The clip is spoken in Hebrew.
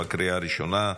לקריאה הראשונה.